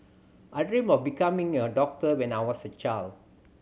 I dreamt of becoming a doctor when I was a child